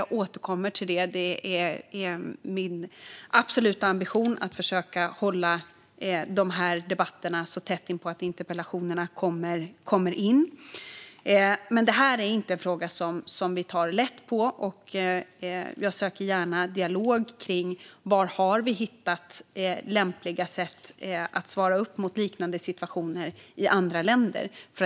Jag återkommer till det. Det är min absoluta ambition att hålla debatterna så tätt som möjligt inpå det att interpellationerna kommer in. Men detta är inte en fråga som vi tar lätt på, och jag söker gärna dialog om var vi har hittat lämpliga sätt att svara upp mot liknande situationer i andra länder.